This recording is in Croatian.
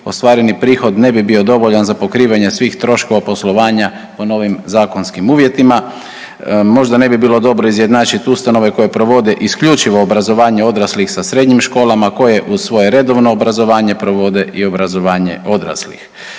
ostvareni prihod ne bi bio dovoljan za pokrivanje svih troškova poslovanja po novim zakonskim uvjetima, možda ne bi bilo dobro izjednačit ustanove koje provode isključivo obrazovanje odraslih sa srednjim školama koje uz svoje redovno obrazovanje provode i obrazovanje odraslih.